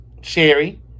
Sherry